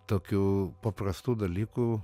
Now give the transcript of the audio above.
tokių paprastų dalykų